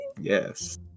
Yes